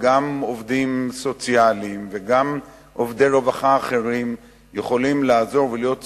גם עובדים סוציאליים וגם עובדי רווחה אחרים יכולים לעזור ולהיות סוכנים,